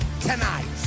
tonight